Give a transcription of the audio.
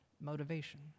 motivation